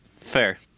fair